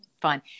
fun